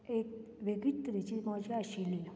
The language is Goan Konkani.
एक वेगळीत तरेची मजा आशिल्ली